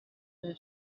than